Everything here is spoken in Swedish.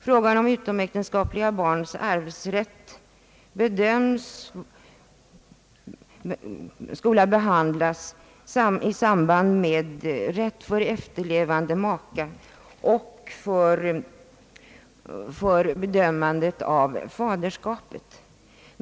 Frågan om utomäktenskapliga barns arvsrätt bedöms skola behandlas i samband med rätt för efterlevande maka och för bedömandet av faderskap, säger han.